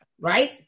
right